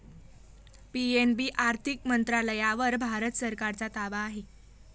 PNB आर्थिक मंत्रालयावर भारत सरकारचा ताबा आहे